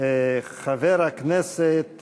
חבר הכנסת